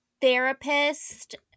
therapist